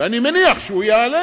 ואני מניח שהוא יעלה